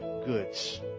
goods